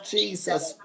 Jesus